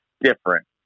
different